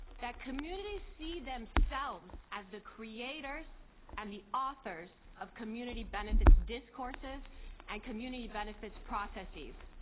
that communities see themselves as the creators and the authors of community benefits discourses and community benefits processes.